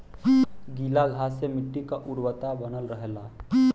गीला घास से मट्टी क उर्वरता बनल रहला